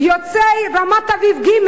"יוצא רמת-אביב ג'"